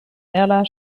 ella